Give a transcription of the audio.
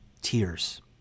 tears